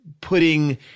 putting